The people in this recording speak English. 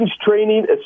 training